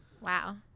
Wow